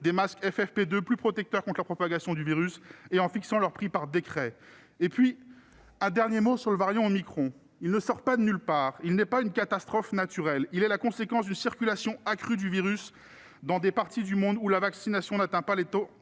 des masques FFP2, plus protecteurs contre la propagation du covid, et en fixant leur prix par décret. J'ajouterai un dernier mot sur le variant omicron. Celui-ci ne sort pas de nulle part. Il n'est pas une catastrophe naturelle ! Il est la conséquence d'une circulation accrue du virus dans des parties du monde où la vaccination n'atteint pas les taux